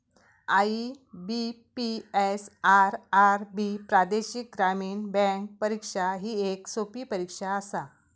IBPS, RRB प्रादेशिक ग्रामीण bank परीक्षा ही येक सोपी परीक्षा आसा